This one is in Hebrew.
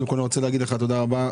קודם כל אני רוצה להגיד לך תודה רבה,